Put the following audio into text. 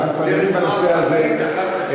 אנחנו כבר דנים בנושא הזה הרבה.